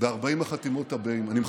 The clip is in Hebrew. ב-40 החתימות הבאות.